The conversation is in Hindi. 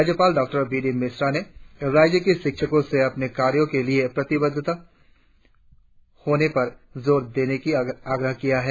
राज्यपाल डॉ बी डी मिश्रा ने राज्य के शिक्षकों से अपनी कार्यों के लिए प्रतिबद्ध होने पर जोर देने का आग्रह किया है